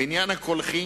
בעניין הקולחין,